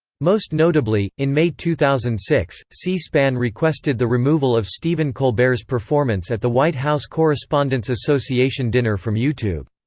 most notably, in may two thousand and six, c-span requested the removal of stephen colbert's performance at the white house correspondents' association dinner from youtube.